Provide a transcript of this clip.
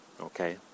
okay